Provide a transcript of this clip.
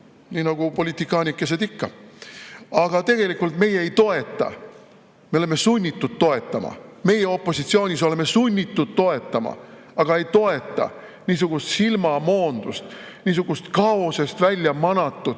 nii nagu politikaanikesed ikka. Aga tegelikult meie ei toeta. Me oleme sunnitud toetama, meie opositsioonis oleme sunnitud toetama, aga ei toeta niisugust silmamoondust, niisugust kaosest välja manatud